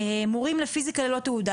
מורים לפיזיקה ללא תעודה,